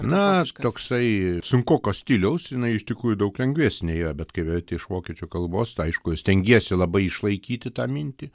na toksai sunkoko stiliaus jinai iš tikrųjų daug lengvesnė bet kai verti iš vokiečių kalbos tai aišku stengiesi labai išlaikyti tą mintį